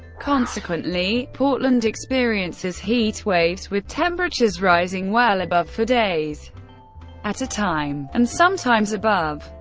consequently, portland experiences heat waves with temperatures rising well above for days at a time, and sometimes above.